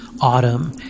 Autumn